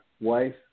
wife